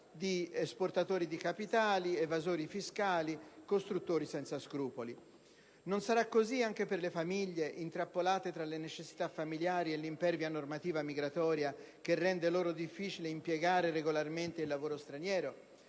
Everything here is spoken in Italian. di esportatori di capitali, evasori fiscali e costruttori senza scrupoli. Non sarà così anche per le famiglie, intrappolate tra le necessità familiari e l'impervia normativa migratoria, che rende loro difficile impiegare regolarmente il lavoro straniero?